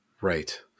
right